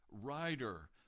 rider